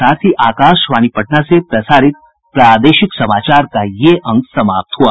इसके साथ ही आकाशवाणी पटना से प्रसारित प्रादेशिक समाचार का ये अंक समाप्त हुआ